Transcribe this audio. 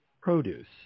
produce